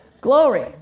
Glory